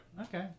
Okay